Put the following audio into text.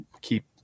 keep